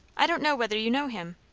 i don't know whether you know him.